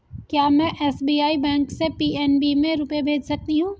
क्या में SBI bank से पी.एन.बी में रुपये भेज सकती हूँ?